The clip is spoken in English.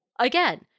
again